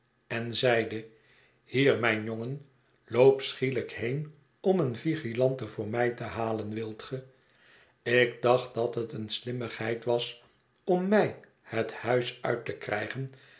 en zeide hier mijn jongen loop schielijk heen om een vigeiante voor mij te halen wilt ge ik dacht dat het een slimmigheid was om mij het huis uit te krijgen